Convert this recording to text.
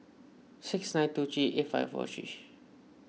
six nine two three eight five four three